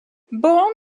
born